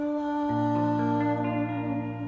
love